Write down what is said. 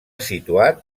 situat